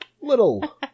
little